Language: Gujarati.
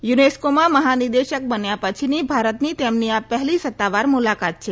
યુનેસ્કીમાં મહાનિદેશક બન્યા પછીની ભારતની તેમની આ પહેલી સત્તાવાર મુલાકાત છે